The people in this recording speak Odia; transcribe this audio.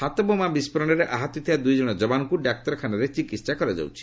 ହାତବୋମା ବିସ୍ଫୋରଣରେ ଆହତ ହୋଇଥିବା ଦୁଇ ଜଣ ଯବାନଙ୍କୁ ଡାକ୍ତରଖାନାରେ ଚିକିତ୍ସା କରାଯାଉଛି